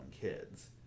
kids